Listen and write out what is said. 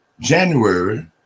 January